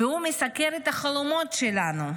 הוא מסקר את החלומות שלנו,